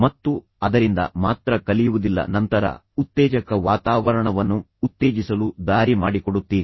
ಮತ್ತು ನೀವು ಅದರಿಂದ ಮಾತ್ರ ಕಲಿಯುವುದಿಲ್ಲ ಮತ್ತು ನಂತರ ನೀವು ಉತ್ತೇಜಕ ವಾತಾವರಣವನ್ನು ಉತ್ತೇಜಿಸಲು ದಾರಿ ಮಾಡಿಕೊಡುತ್ತೀರಿ